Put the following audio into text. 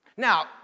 Now